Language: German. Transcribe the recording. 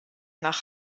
nach